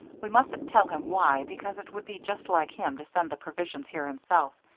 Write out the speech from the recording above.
we mustn't tell him why, because it would be just like him to send the provisions here himself,